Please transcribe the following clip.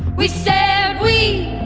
we said we